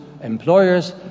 employers